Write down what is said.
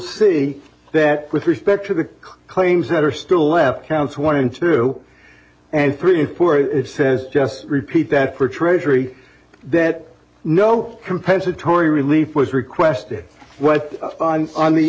see that with respect to the claims that are still left counts one and two and three and four it says just repeat that for treasury that no compensatory relief was requested on